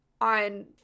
on